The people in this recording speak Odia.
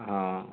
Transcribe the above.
ହଁ